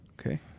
okay